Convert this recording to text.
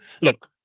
look